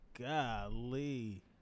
Golly